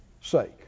sake